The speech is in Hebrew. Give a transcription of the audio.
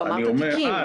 אני אומר --- לא,